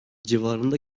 civarında